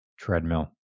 treadmill